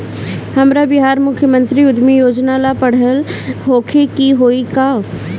हमरा बिहार मुख्यमंत्री उद्यमी योजना ला पढ़ल होखे के होई का?